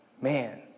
man